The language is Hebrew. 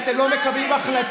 כי אתם לא מקבלים החלטות,